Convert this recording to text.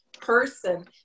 person